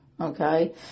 Okay